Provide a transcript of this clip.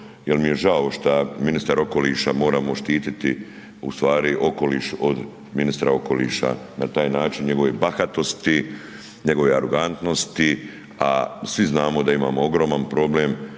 jel mi je žao šta ministar okoliša, moramo štititi u stvari okoliš od ministra okoliša, na taj način njegove bahatosti, njegove arogantnosti, a svi znamo da imamo ogroman problem